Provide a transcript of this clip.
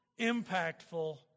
impactful